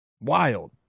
Wild